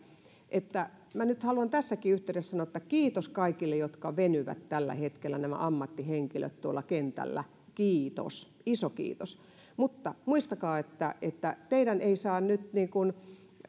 että minä nyt haluan tässäkin yhteydessä sanoa että kiitos kaikille jotka venyvät tällä hetkellä nämä ammattihenkilöt tuolla kentällä kiitos iso kiitos mutta muistakaa että että teidän ei nyt